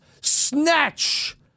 snatch